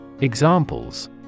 Examples